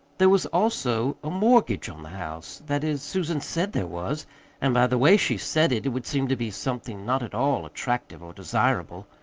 there was also a mortgage on the house. that is, susan said there was and by the way she said it, it would seem to be something not at all attractive or desirable.